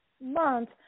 month